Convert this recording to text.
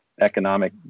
economic